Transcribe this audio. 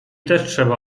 trzeba